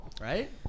Right